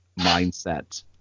mindset